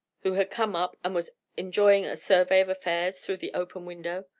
who had come up, and was enjoying a survey of affairs through the open window.